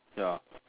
ya